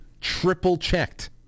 Triple-checked